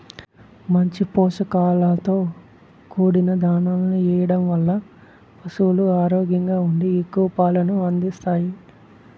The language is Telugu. మంచి పోషకాలతో కూడిన దాణాను ఎయ్యడం వల్ల పసులు ఆరోగ్యంగా ఉండి ఎక్కువ పాలను అందిత్తాయి